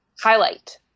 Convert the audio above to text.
highlight